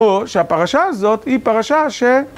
או שהפרשה הזאת היא פרשה ש...